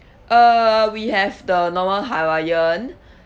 uh we have the normal hawaiian